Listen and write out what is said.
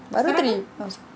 baru tadi oh sor~